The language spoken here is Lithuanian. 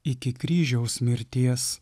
iki kryžiaus mirties